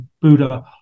Buddha